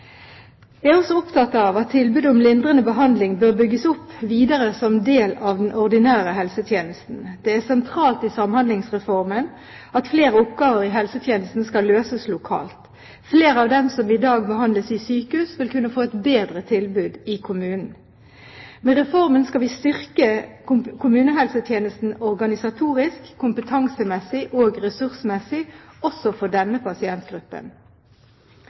Jeg er også opptatt av at tilbudet om lindrende behandling bør bygges opp videre som en del av den ordinære helsetjenesten. Det er sentralt i Samhandlingsreformen at flere oppgaver i helsetjenesten skal løses lokalt. Flere av dem som i dag behandles i sykehus, vil kunne få et bedre tilbud i kommunen. Med reformen skal vi styrke kommunehelsetjenesten organisatorisk, kompetansemessig og ressursmessig – også for denne pasientgruppen.